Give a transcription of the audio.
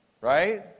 right